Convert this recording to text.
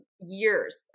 years